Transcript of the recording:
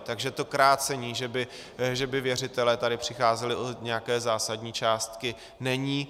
Takže to krácení, že by věřitelé tady přicházeli o nějaké zásadní částky, není.